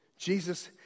Jesus